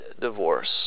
divorce